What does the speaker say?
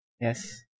Yes